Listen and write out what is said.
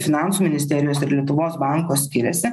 finansų ministerijos ir lietuvos banko skiriasi